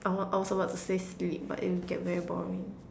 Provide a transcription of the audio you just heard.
I was I was about to say sleep but it will get very boring